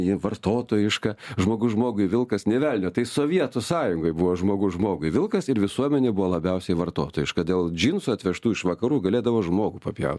ji vartotojiška žmogus žmogui vilkas nė velnio tai sovietų sąjungoj buvo žmogus žmogui vilkas ir visuomenė buvo labiausiai vartotojiška dėl džinsų atvežtų iš vakarų galėdavo žmogų papjaut